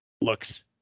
looks